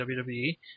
WWE